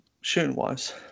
shooting-wise